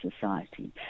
society